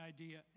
idea